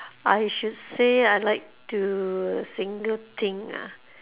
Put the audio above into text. I should say I like to single thing ah